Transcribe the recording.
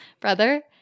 brother